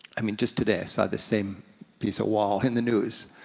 i mean, just today i saw the same piece of wall in the news.